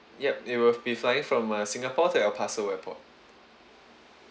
ya it will be flying from uh singapore to el paso airport